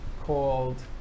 called